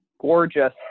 gorgeous